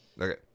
Okay